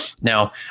Now